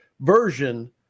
version